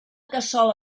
cassola